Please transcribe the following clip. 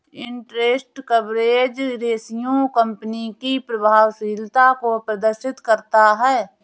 interest coverage ratio company की प्रभावशीलता को प्रदर्शित करता है